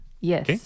yes